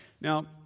Now